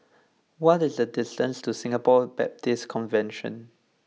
what is the distance to Singapore Baptist Convention